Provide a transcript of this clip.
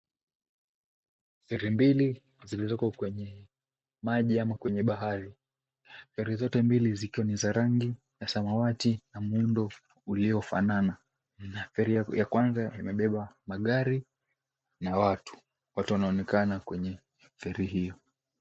Feri mbili zilizoko kwenye maji ama kwenye bahari. Feri zote mbili ziko ni za rangi ya samawati na muundo uliofanana na feri ya kwanza imebeba magari na watu. Watu wanaonekana kwenye feri hio.